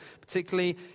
particularly